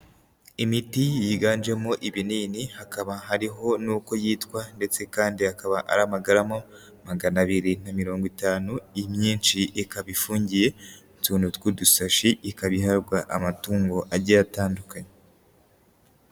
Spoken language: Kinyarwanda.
Imiti yiganjemo ibinini, hakaba hariho n'uko yitwa ndetse kandi akaba ari amagarama magana abiri na mirongo itanu, imyinshi ikaba ifungiye utuntu tw'udusashi, ikaba ihabwa amatungo agiye atandukanye.